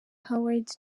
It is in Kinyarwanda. howard